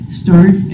start